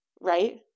right